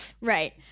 Right